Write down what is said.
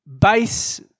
base